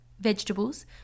vegetables